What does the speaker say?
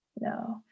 No